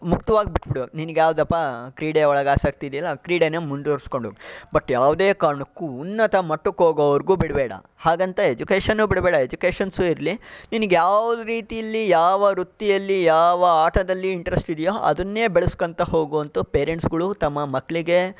ಮುಕ್ತವಾಗಿ ಬಿಟ್ಬಿಡೋರು ನಿನಗೆ ಯಾವುದಪ್ಪ ಕ್ರೀಡೆ ಒಳಗೆ ಆಸಕ್ತಿ ಇದೆಯಲ್ಲ ಕ್ರೀಡೆನೆ ಮುಂದುವರೆಸ್ಕೊಂಡು ಹೋಗು ಬಟ್ ಯಾವುದೇ ಕಾರಣಕ್ಕೂ ಉನ್ನತ ಮಟ್ಟಕ್ಕೆ ಹೋಗೋವರೆಗೂ ಬಿಡಬೇಡ ಹಾಗಂತ ಎಜುಕೇಷನು ಬಿಡಬೇಡ ಎಜುಕೇಷನ್ಸು ಇರಲಿ ನಿನಗೆ ಯಾವ ರೀತಿ ಇಲ್ಲಿ ಯಾವ ವೃತ್ತಿಯಲ್ಲಿ ಯಾವ ಆಟದಲ್ಲಿ ಇಂಟ್ರೆಸ್ಟ್ ಇದೆಯೋ ಅದನ್ನೇ ಬೆಳೆಸ್ಕೋತಾ ಹೋಗು ಅಂತೂ ಪೇರೆಂಟ್ಸ್ಗಳು ತಮ್ಮ ಮಕ್ಕಳಿಗೆ